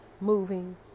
moving